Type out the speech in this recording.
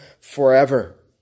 forever